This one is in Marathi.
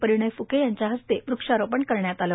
परिणय फुके यांच्या इस्ते वृक्षारोपण करण्यात आलं